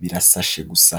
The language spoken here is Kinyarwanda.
birasashe gusa.